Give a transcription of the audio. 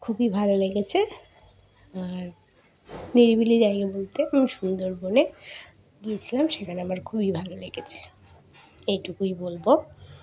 খুবই ভালো লেগেছে আর নিরিবিলি জায়গা বলতে আমি সুন্দরবনে গিয়েছিলাম সেখানে আমার খুবই ভালো লেগেছে এইটুকুই বলবো